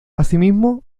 asimismo